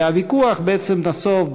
והוויכוח בעצם נסב,